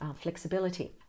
Flexibility